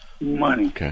money